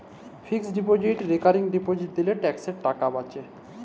fixed deposit recurring deposit দিলে ট্যাক্সের টাকা বাঁচে